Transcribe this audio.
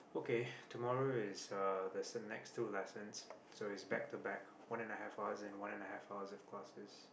okay tomorrow is uh there's uh next two lessons so it's back to back one and a half hours and one and a half hours of classes